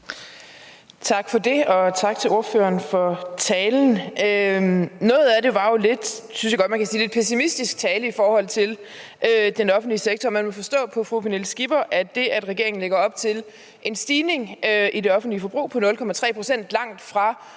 Tak for det, og tak til ordføreren for talen. Noget af det var jo lidt – det synes jeg godt man kan sige – pessimistisk tale med hensyn til den offentlige sektor. Man må forstå på fru Pernille Skipper, at det, at regeringen lægger op til en stigning i det offentlige forbrug på 0,3 pct., langtfra